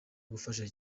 gufasha